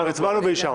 הצבענו ואישרנו.